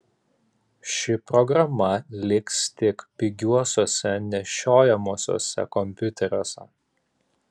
ši programa liks tik pigiuosiuose nešiojamuosiuose kompiuteriuose